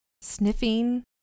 sniffing